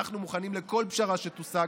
אנחנו מוכנים לכל פשרה שתושג,